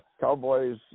Cowboys